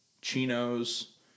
chinos